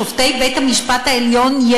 שופטי בית-המשפט העליון,